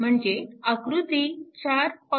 म्हणजे आकृती 4